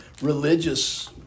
religious